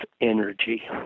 energy